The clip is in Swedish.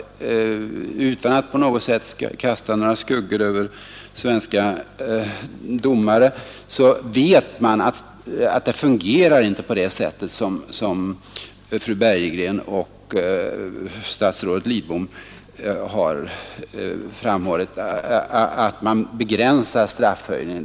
Utan att på något sätt vilja kasta några skuggor över svenska domare vill jag påstå att det hela inte fungerar på det sätt som fröken Bergegren och statsrådet Lidbom har framhållit när det gäller att begränsa straffhöjningen.